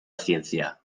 ciencia